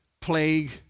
plague